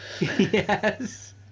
Yes